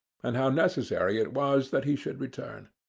and how necessary it was that he should return.